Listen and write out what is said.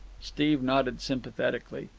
steve nodded sympathetically.